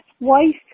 wife